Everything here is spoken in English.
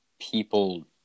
people